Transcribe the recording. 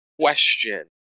question